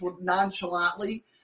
nonchalantly